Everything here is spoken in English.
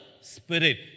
Spirit